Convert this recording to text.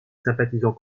sympathisant